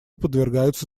подвергаются